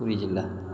ପୁରୀ ଜିଲ୍ଲା